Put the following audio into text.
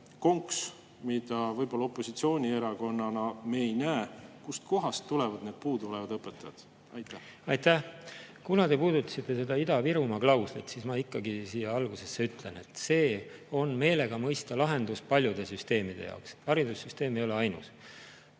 konks, mida võib-olla opositsioonierakonnana me ei näe, kust kohast tulevad need puudu olevad õpetajad? Aitäh! Kuna te puudutasite seda Ida-Virumaa klauslit, siis ma ikkagi siia algusesse ütlen, et see on meelega mõista lahendus paljude süsteemide jaoks. Haridussüsteem ei ole ainus.